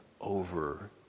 over